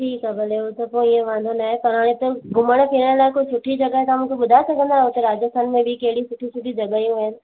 ठीकु आहे भले हुजे कोई ईअं वांदो नाहे पर हाणे घुमण फिरण लाइ कोई सुठी जॻहि तव्हां मूंखे ॿुधाए सघंदा आहियो उते राजस्थान में बि कहिड़ी सुठियूं सुठियूं जॻहियूं आहिनि